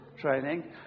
training